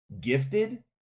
Gifted